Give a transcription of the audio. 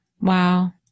wow